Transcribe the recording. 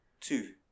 two